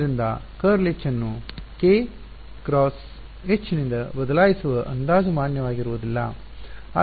ಆದ್ದರಿಂದ ∇× H ಅನ್ನು k × H ನಿಂದ ಬದಲಾಯಿಸುವ ಅಂದಾಜು ಮಾನ್ಯವಾಗಿರುವುದಿಲ್ಲ